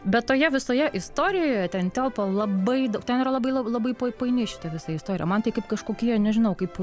bet toje visoje istorijoje ten telpa labai daug ten yra labai la labai labai pa paini šita visa istorija man tai kaip kažkokie nežinau kaip